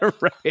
Right